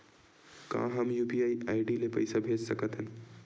का हम UPI ID ले पईसा भेज सकथन?